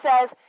says